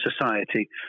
society